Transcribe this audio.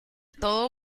todo